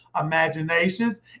imaginations